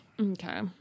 Okay